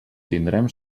tindrem